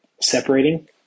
separating